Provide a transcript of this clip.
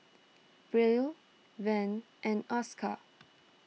Brielle Vern and Oscar